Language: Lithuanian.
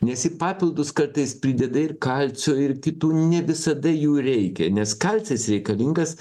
nes į papildus kartais prideda ir kalcio ir kitų ne visada jų reikia nes kalcis reikalingas